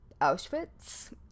auschwitz